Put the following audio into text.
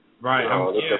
Right